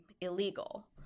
illegal